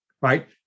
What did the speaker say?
right